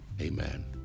amen